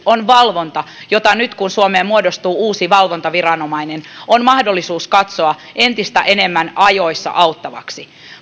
on valvonta jota nyt kun suomeen muodostuu uusi valvontaviranomainen on mahdollisuus katsoa entistä enemmän ajoissa auttavaksi